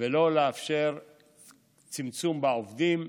ולא לאפשר צמצום בעובדים,